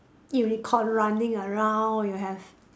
unicorn running around you have